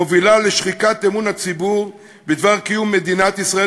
מובילה לשחיקת אמון הציבור בדבר קיום מדינת ישראל